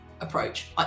approach